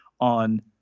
on